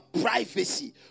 privacy